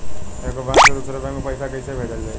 एगो बैक से दूसरा बैक मे पैसा कइसे भेजल जाई?